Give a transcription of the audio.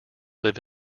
live